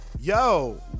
yo